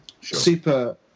Super